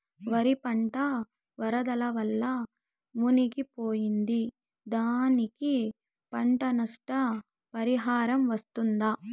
వరి పంట వరదల వల్ల మునిగి పోయింది, దానికి పంట నష్ట పరిహారం వస్తుందా?